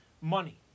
money